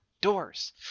doors